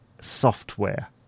Software